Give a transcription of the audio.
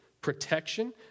protection